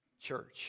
Church